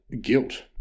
guilt